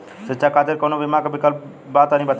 शिक्षा खातिर कौनो बीमा क विक्लप बा तनि बताई?